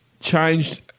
changed